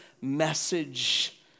message